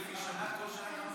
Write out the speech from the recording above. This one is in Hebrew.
כל שנה,